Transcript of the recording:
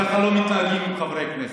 ככה לא מתנהגים עם חברי כנסת.